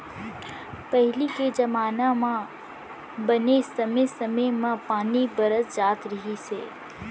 पहिली के जमाना म बने समे समे म पानी बरस जात रहिस हे